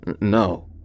No